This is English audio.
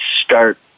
start